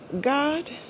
God